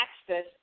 access